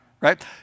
right